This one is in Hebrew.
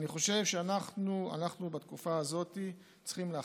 אני חושב שאנחנו בתקופה הזאת צריכים להחליט,